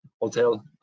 hotel